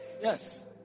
yes